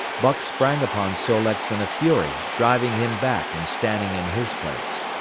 buck sprang upon sol-leks in a fury, driving him back and standing in his place.